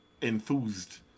enthused